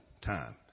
time